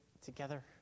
together